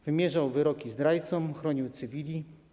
Wymierzał wyroki zdrajcom i chronił cywili.